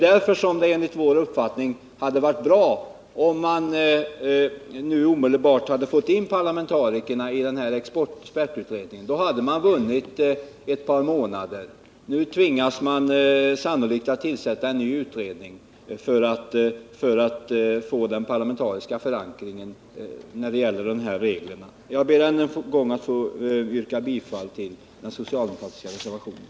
Därför hade det enligt vår uppfattning varit bra, om man nu omedelbart fått med parlamentarikerna i expertutredningen. Då hade man vunnit ett par månader. Nu tvingas man sannolikt tillsätta en ny utredning för att få den parlamentariska förankringen när det gäller dessa regler. Herr talman! Jag yrkar än en gång bifall till den socialdemokratiska reservationen.